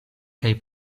kaj